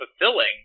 fulfilling